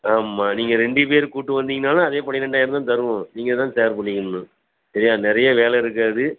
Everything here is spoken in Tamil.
ஆமாம் நீங்கள் ரெண்டு பேர் கூட்டி வந்திங்கன்னாலும் அதே பன்னிரெண்டாயிரம் தான் தருவோம் நீங்கள் தான் ஸேர் பண்ணிக்கணும் சரியா நிறைய வேலை இருக்காது